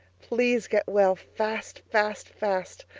please get well fast fast fast.